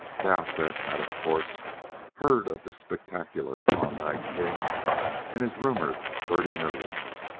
dowsett had of course heard of the spectacular klondike king and his rumored thirty millions,